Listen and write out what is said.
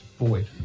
void